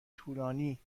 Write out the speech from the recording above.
طولانی